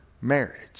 marriage